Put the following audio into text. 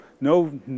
no